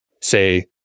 say